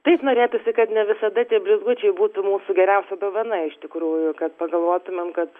taip norėtųsi kad ne visada tie blizgučiai būtų mūsų geriausia dovana iš tikrųjų kad pagalvotumėm kad